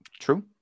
true